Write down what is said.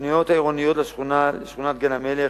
התוכניות העירוניות לשכונת גן-המלך